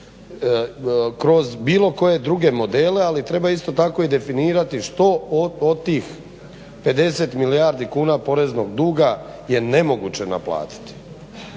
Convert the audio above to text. kroz bilo koje druge modele, ali treba isto tako i definirati što od tih 50 milijardi kuna poreznog duga je nemoguće naplatiti.